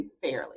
fairly